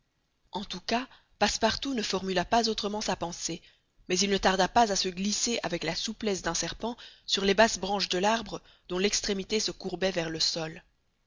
en tout cas passepartout ne formula pas autrement sa pensée mais il ne tarda pas à se glisser avec la souplesse d'un serpent sur les basses branches de l'arbre dont l'extrémité se courbait vers le sol